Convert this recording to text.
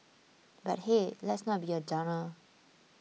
but hey let's not be a downer